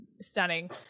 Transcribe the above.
stunning